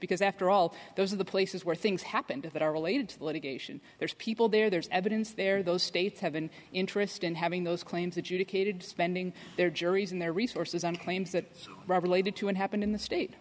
because after all those are the places where things happened that are related to the litigation there's people there there's evidence there those states have an interest in having those claims adjudicated spending their juries and their resources on claims that rob related to what happened in the state